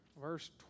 verse